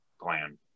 plan